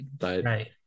right